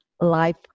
life